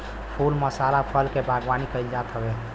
फूल मसाला फल के बागवानी कईल जात हवे